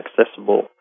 accessible